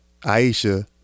Aisha